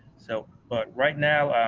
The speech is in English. so but right now,